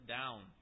down